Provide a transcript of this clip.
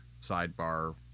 sidebar